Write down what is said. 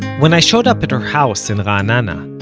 when i showed up at her house in ra'anana,